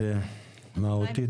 אז מהותית,